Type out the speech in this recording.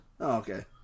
okay